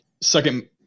second